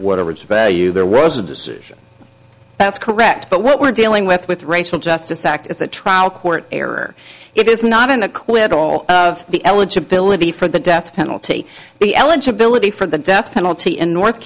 whatever its value there was a decision that's correct but what we're dealing with with racial justice act is the trial court error it is not an acquittal the eligibility for the death penalty the eligibility for the death penalty in north